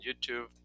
YouTube